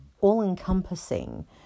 all-encompassing